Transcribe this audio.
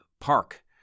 park